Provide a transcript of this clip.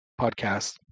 podcast